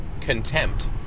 contempt